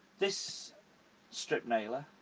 this strip nailer,